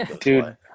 Dude